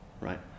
right